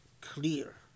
clear